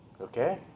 Okay